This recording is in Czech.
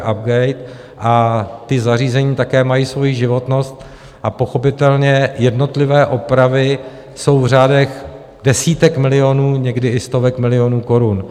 Ta zařízení také mají svoji životnost a pochopitelně jednotlivé opravy jsou v řádech desítek milionů, někdy i stovek milionů korun.